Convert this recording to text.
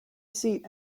seat